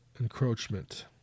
encroachment